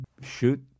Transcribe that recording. shoot